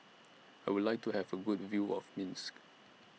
I Would like to Have A Good View of Minsk